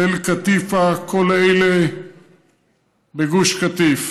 תל קטיפא, כל אלה בגוש קטיף.